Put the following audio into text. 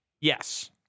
Yes